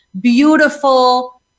beautiful